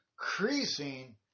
increasing